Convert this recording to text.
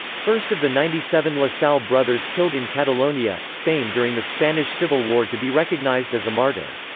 first of the ninety seven la salle brothers killed in catalonia, spain during the spanish civil war to be recognized as a martyr.